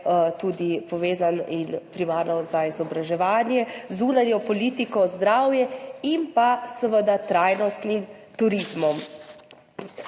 tudi povezan in primarno za izobraževanje, zunanje politike, zdravja in pa seveda trajnostnega turizma.